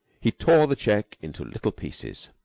he tore the check into little pieces.